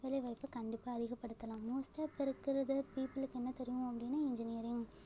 வேலை வாய்ப்பு கண்டிப்பாக அதிகப்படுத்தலாம் மோஸ்ட்டாக இப்போ இருக்கிறத பியூப்புளுக்கு என்ன தெரியும் அப்படின்னா இன்ஜினியரிங்